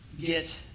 get